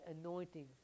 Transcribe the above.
anointing